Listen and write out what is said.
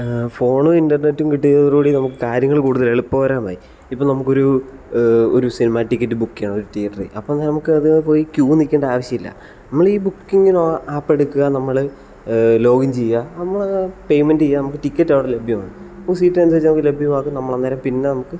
ഫോണും ഇൻ്റർനെറ്റും കിട്ടിയതോടു കൂടി നമുക്ക് കാര്യങ്ങൾ എളുപ്പകരമായി ഇപ്പോൾ നമുക്ക് ഒരു ഒരു സിനിമ ടിക്കറ്റ് ബുക്ക് ചെയ്യണം ഒരു ടീയേറ്ററിൽ അപ്പോൾ നമുക്ക് അത് പോയി ക്യൂ നിൽക്കേണ്ട ആവശ്യമില്ല നമ്മൾ ഈ ബുക്കിങ്ങിന് ആപ്പ് എടുക്കുക നമ്മൾ ലോഗിൻ ചെയ്യാ നമ്മൾ പേയ്മെൻറ്റ് ചെയ്യാ നമുക്ക് ടിക്കറ്റ് അവിടെ ലഭ്യമാണ് സീറ്റ് ഏതാണ് എന്ന് വെച്ചാൽ നമുക്ക് ലഭ്യമാകും പിന്നെ നമുക്ക്